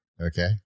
Okay